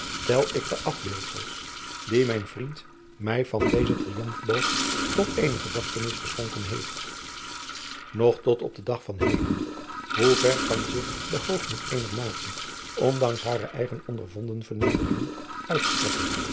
tel ik de afbeeldfels die mijn vriend mij van dezen riomfboog tot eene gedachtenis geschonken heeft og tot op den dag van heden hoever kan zich de hoogmoed eener natie ondanks hare eigen ondervonden vernederingen itstrekken